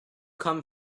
come